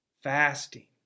fasting